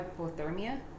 hypothermia